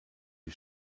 die